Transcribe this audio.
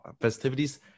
festivities